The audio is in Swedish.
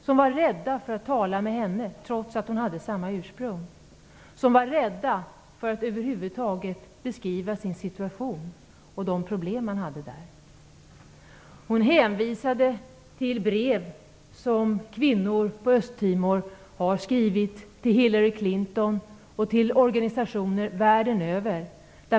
De var rädda för att tala med henne, trots att hon har samma ursprung, de var rädda för att över huvud taget beskriva sin situation och de problem man har. Hon hänvisade till brev som kvinnor på Östtimor har skrivit till Hillary Clinton och till organisationer världen över.